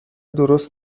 درست